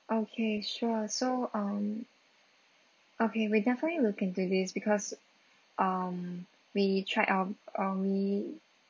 okay sure so um okay we definitely looked into this because um we tried our um we